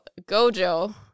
Gojo